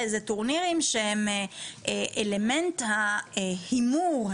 הם טורנירים שאלמנט ההימור,